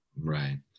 right